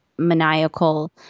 maniacal